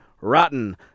Rotten